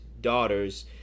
daughters